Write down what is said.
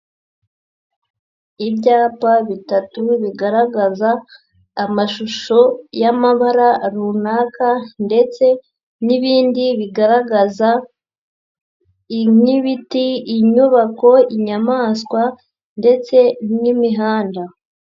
Ibyapa bitatu bigaragaza amashusho y'amabara runaka ndetse n'ibindi bigaragaza nk'ibiti, inyubako, inyamaswa ndetse n'imihanda.